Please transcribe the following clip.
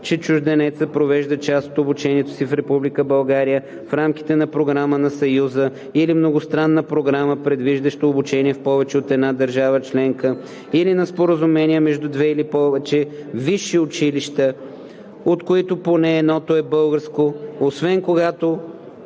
че чужденецът провежда част от обучението си в Република България в рамките на програма на Съюза или многостранна програма, предвиждаща обучение в повече от една държава членка, или на споразумение между две или повече висши училища, от които поне едното е българско, освен когато